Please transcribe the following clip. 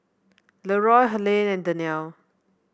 Leeroy Helaine and Daniele